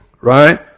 right